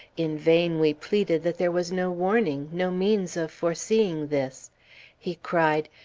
in vain we pleaded that there was no warning, no means of foreseeing this he cried,